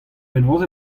penaos